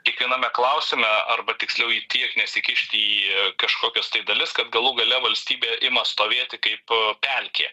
kiekviename klausime arba tiksliau į tiek nesikišti į kažkokias tai dalis kad galų gale valstybė ima stovėti kaip pelkė